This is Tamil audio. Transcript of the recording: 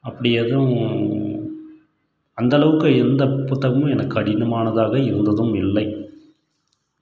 அப்படி எதுவும் அந்த அளவுக்கு எந்த புத்தகமும் எனக்கு கடினமானதாகவே இருந்ததும் இல்லை